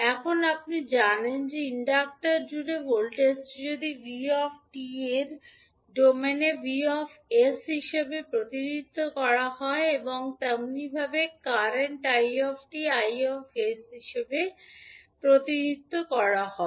এখন আপনি জানেন যে ইন্ডাক্টর জুড়ে ভোল্টেজটি যদি 𝑣𝑡 এর ডোমেনে 𝑉 𝑠 হিসাবে প্রতিনিধিত্ব করা হয় এবং তেমনিভাবে কারেন্ট 𝑖 𝑡 𝐼 𝑠 হিসাবে প্রতিনিধিত্ব করা হবে